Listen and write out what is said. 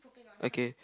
okay